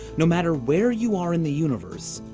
no matter where you are in the universe,